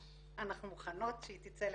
אנחנו מוכנות שהיא תצא לקנדה,